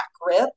grip